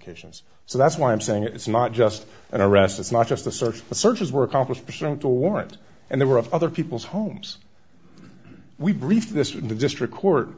occasions so that's why i'm saying it's not just an arrest it's not just the search but searches were accomplished present a warrant and there were other people's homes we brief this in the district court